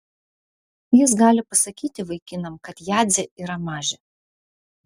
jis gali pasakyti vaikinam kad jadzė yra mažė